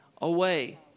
away